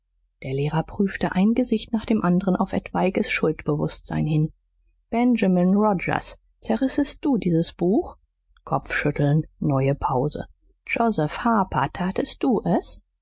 der lehrer prüfte ein gesicht nach dem anderen auf etwaiges schuldbewußtsein hin benjamin rogers zerrissest du dieses buch kopfschütteln neue pause josef harper tatest du es